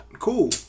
Cool